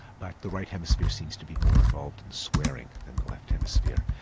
but the right hemisphere seems to be more involved in swearing than the left hemisphere.